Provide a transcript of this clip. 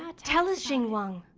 um tell us, xinguang.